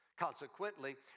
Consequently